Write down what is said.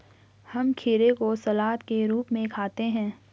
हम खीरे को सलाद के रूप में खाते हैं